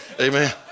amen